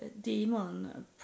demon